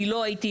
אני לא הייתי,